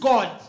God